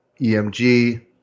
EMG